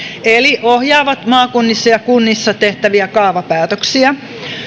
eli ohjaavat maakunnissa ja kunnissa tehtäviä kaavapäätöksiä